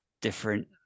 different